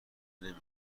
نمی